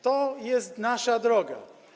To jest nasza droga.